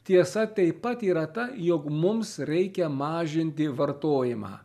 tiesa taip pat yra ta jog mums reikia mažinti vartojimą